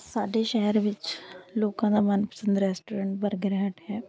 ਸਾਡੇ ਸ਼ਹਿਰ ਵਿੱਚ ਲੋਕਾਂ ਦਾ ਮਨਪਸੰਦ ਰੈਸਟੋਰੈਂਟ ਬਰਗਰ ਹੱਟ ਹੈ